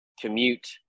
commute